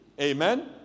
Amen